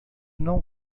não